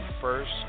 first